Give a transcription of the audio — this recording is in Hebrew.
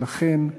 לכן,